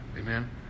Amen